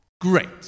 Great